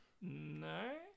No